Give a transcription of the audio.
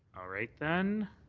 right, then,